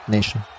Nation